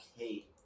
okay